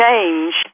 change